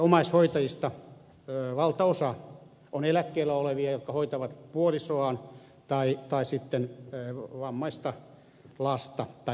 omaishoitajista valtaosa on eläkkeellä olevia jotka hoitavat puolisoaan tai sitten vammaista lasta tai lähiomaista